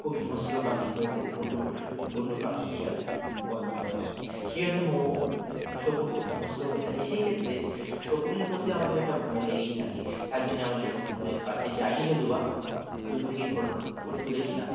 খুব হিংস্র পাখি হয়ে থাকে বন্য পশু বন্য পাখি হিসাবে গণ্য হয় সেই জন্যন্যে মৌ শকুন খুব হিংস্র হয়ে থাকে সেই ক্ষেত্রে শকুনের প্রতি আমাদের একটা ভয় লেগেই থাকে তার জন্যে আমরা শকুনের কাছে যাইনি যদিবা দূর থেকে ফটো ফট তুলেছিলাম